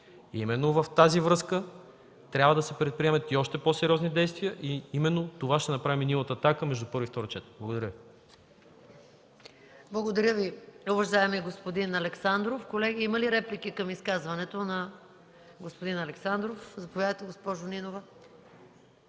Именно в тази връзка трябва да се предприемат още по-сериозни действия и именно това ще направим ние от „Атака” между първо и второ четене. Благодаря. ПРЕДСЕДАТЕЛ МАЯ МАНОЛОВА: Благодаря Ви, уважаеми господин Александров. Колеги, има ли реплики към изказването на господин Александров? Заповядайте, госпожо Нинова.